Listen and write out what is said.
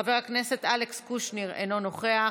חבר הכנסת אלכס קושניר, אינו נוכח,